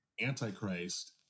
Antichrist